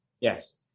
yes